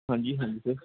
ਹਾਂਜੀ ਹਾਂਜੀ ਸਰ